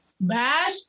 Bash